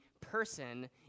person